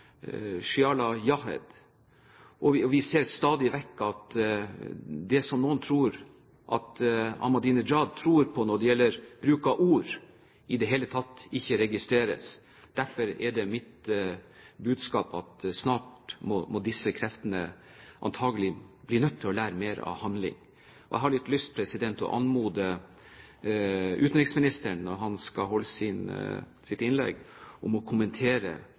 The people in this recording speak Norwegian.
Vi ser stadig vekk at det som noen tror at Ahmadinejad tror på når det gjelder bruk av ord, i det hele ikke registreres. Derfor er det mitt budskap at snart må disse kreftene antakelig bli nødt til å lære mer av handling. Jeg har litt lyst til å anmode utenriksministeren, når han holder sitt innlegg, om å kommentere